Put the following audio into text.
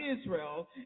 Israel